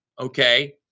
Okay